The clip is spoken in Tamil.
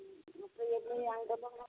ம் அப்புறம் எப்படி அங்கே இருந்தவங்களாம்